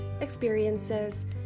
experiences